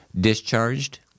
discharged